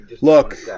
look